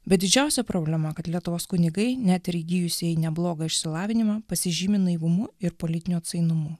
bet didžiausia problema kad lietuvos kunigai net ir įgijusieji neblogą išsilavinimą pasižymi naivumu ir politiniu atsainumu